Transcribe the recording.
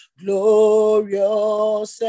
glorious